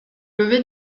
lever